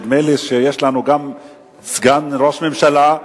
נדמה לי שיש לנו גם סגן ראש ממשלה,